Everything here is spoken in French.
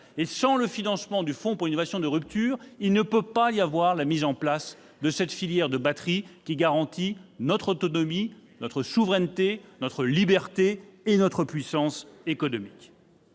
Sans le financement du fonds pour l'innovation de rupture, on ne peut envisager la mise en place de cette filière de batteries, qui garantit notre autonomie, notre souveraineté, notre liberté et notre puissance économique.